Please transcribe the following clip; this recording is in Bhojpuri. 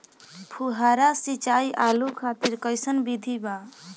फुहारा सिंचाई आलू खातिर कइसन विधि बा?